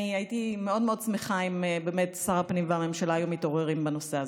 הייתי מאוד מאוד שמחה אם באמת שר הפנים והממשלה היו מתעוררים בנושא הזה.